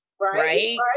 Right